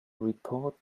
report